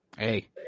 Hey